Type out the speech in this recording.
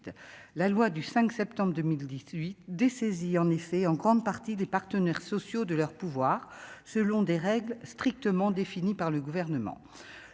la loi du 5 septembre 2018 dessaisi en effet en grande partie des partenaires sociaux de leur pouvoir, selon des règles strictement défini par le gouvernement,